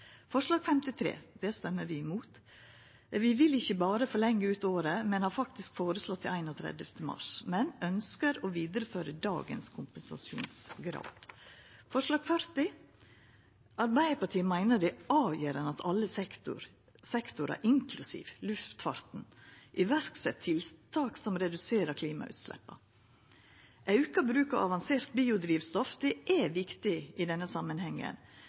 Forslag nr. 53 vil vi stemma mot. Vi vil ikkje forlengja det berre ut året, men har føreslått den 31. mars. Vi ønskjer også å vidareføra dagens kompensasjonsgrad. Til forslag nr. 40: Arbeidarpartiet meiner det er avgjerande at alle sektorar, inklusiv luftfarten, set i verk tiltak som reduserer klimautsleppa. Auka bruk av avansert biodrivstoff er viktig i denne samanhengen,